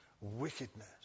wickedness